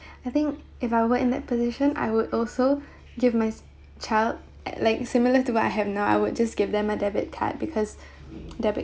I think if I were in that position I would also give my child at like similar to what I have now I would just give them a debit card because debit